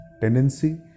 Tendency